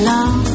Love